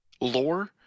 lore